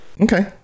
Okay